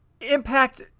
Impact